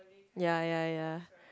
ya ya ya